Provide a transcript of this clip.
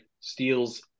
steals